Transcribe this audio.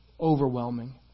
overwhelming